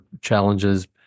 challenges